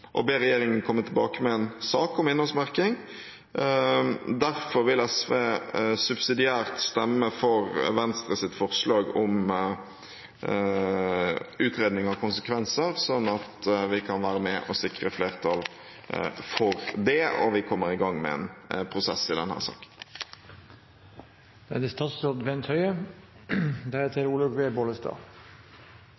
regjeringen komme tilbake med en sak om innholdsmerking. Derfor vil SV subsidiært stemme for Venstres forslag om en utredning av konsekvenser, sånn at vi kan være med og sikre flertall for det og komme i gang med en prosess i denne saken. Det er